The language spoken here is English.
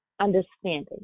understanding